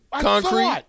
concrete